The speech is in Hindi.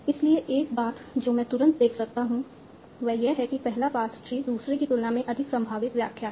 इसलिए एक बात जो मैं तुरंत देख सकता हूँ वह यह है कि पहला पार्स ट्री दूसरे की तुलना में अधिक संभावित व्याख्या है